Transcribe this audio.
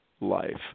life